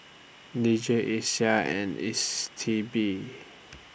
D J Isa and S T B